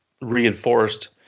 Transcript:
reinforced